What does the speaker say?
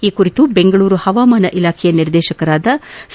ಈ ಕುರಿತು ಬೆಂಗಳೂರು ಪವಾಮಾನ ಇಲಾಖೆ ನಿರ್ದೇತಕರಾದ ಸಿ